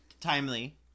Timely